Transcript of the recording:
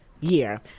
year